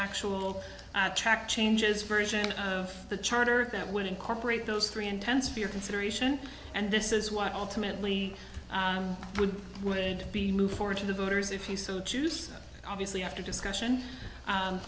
actual track changes version of the charter that would incorporate those three intense fear consideration and this is what ultimately would be moved forward to the voters if you so choose obviously after discussion